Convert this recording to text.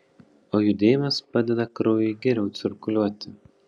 o judėjimas padeda kraujui geriau cirkuliuoti